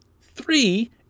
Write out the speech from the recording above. Three